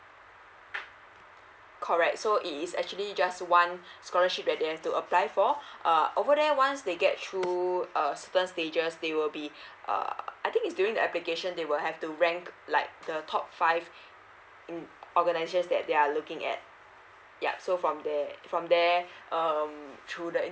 correct so it is actually just one scholarship that they have to apply for a over there once they get through to a certain stages they will be err I think it's during the application they will have to rank like the top five mm organizations that they are looking at yup so from there from there um through that